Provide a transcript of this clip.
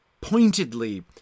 pointedly